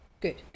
Good